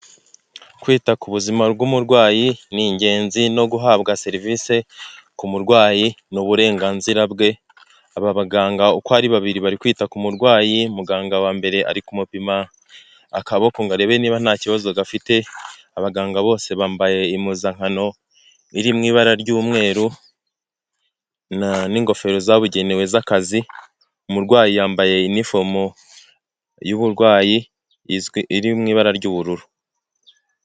Kwita ku buzima bw'umurwayi ni ingenzi no guhabwa serivisi ku murwayi ni uburenganzira bwe aba baganga uko ari babiri bari kwita ku murwayi muganga wa mbere ari kumupima akaboko ngo arebe niba nta kibazo gafite abaganga bose bambaye impuzankano iri mu ibara ry'umweru n'ingofero zabugenewe z'akazi umurwayi yambaye yunifomu y'uburwayi izwi iri mu ibara ry'ubururu.